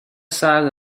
سرد